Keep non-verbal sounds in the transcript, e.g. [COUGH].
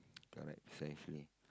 [NOISE] correct precisely